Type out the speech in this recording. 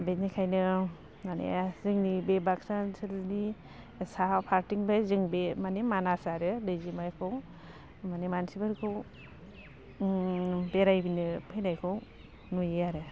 बेनिखायनो माने जोंनि बे बाक्सा ओनसोलनि साहा फारथिं बे जों बे माने मानास आरो दैजिमाखौ माने मानसिफोरखौ बेरायनो फैनायखौ नुयो आरो